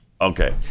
Okay